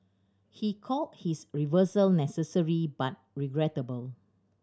he called his reversal necessary but regrettable